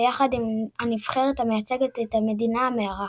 ביחד עם הנבחרת המייצגת את המדינה המארחת.